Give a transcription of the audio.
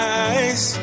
eyes